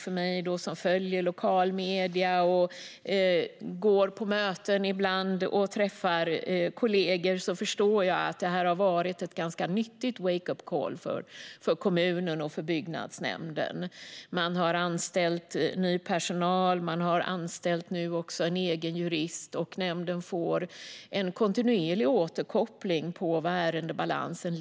Jag följer lokala medier och går på möten ibland och träffar kollegor, och jag har förstått att detta har varit ett ganska nyttigt wake-up call för kommunen och byggnadsnämnden. Man har anställt ny personal och en egen jurist, och nämnden får kontinuerlig återkoppling om ärendebalansen.